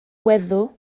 weddw